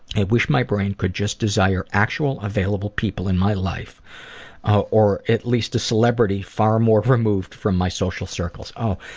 wish my brain could just desire actual available people in my life or at least a celebrity far more removed from my social circles. oh,